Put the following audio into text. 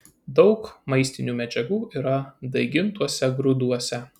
daug maistinių medžiagų yra daigintuose grūduose